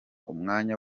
umwanya